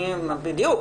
בדיוק.